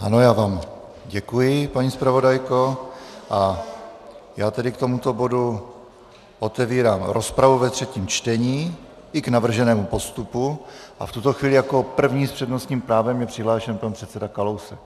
Ano, já vám děkuji, paní zpravodajko, a já tedy k tomuto bodu otevírám rozpravu ve třetím čtení, i k navrženému postupu, a v tuto chvíli jako první s přednostním právem je přihlášen pan předseda Kalousek.